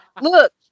Look